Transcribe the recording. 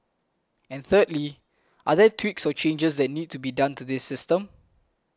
and thirdly are there tweaks or changes that need to be done to this system